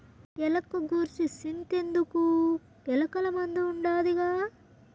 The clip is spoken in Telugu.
ఎలక గూర్సి సింతెందుకు, ఎలకల మందు ఉండాదిగా